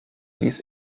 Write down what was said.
ließ